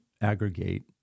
aggregate